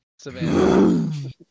Savannah